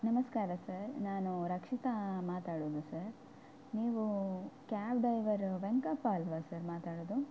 ನಮಸ್ಕಾರ ಸರ್ ನಾನು ರಕ್ಷಿತಾ ಮಾತಾಡುವುದು ಸರ್ ನೀವು ಕ್ಯಾಬ್ ಡೈವರು ವೆಂಕಪ್ಪ ಅಲ್ಲವಾ ಸರ್ ಮಾತಾಡೋದು